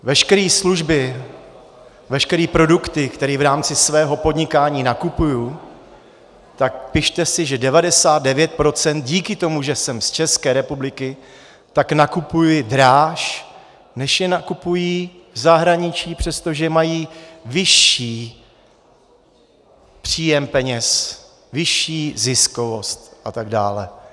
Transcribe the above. Veškeré služby, veškeré produkty, které v rámci svého podnikání nakupuji, tak pište si, že 99 % díky tomu, že jsem z České republiky, tak nakupuji dráž, než je nakupují v zahraničí, přestože mají vyšší příjem peněz, vyšší ziskovost atd.